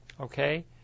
okay